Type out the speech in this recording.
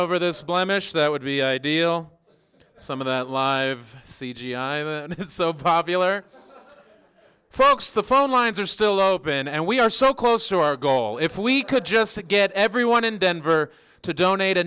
over this blemish that would be ideal some of that live c g i i'm so popular folks the phone lines are still open and we are so close to our goal if we could just get everyone in denver to donate a